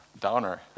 downer